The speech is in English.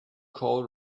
call